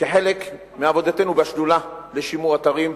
כחלק מעבודתנו בשדולה לשימור אתרים,